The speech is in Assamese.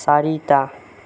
চাৰিটা